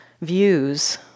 views